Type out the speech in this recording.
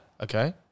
Okay